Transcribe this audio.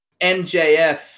MJF